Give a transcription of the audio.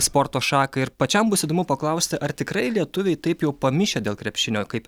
sporto šaką ir pačiam bus įdomu paklausti ar tikrai lietuviai taip jau pamišę dėl krepšinio kaip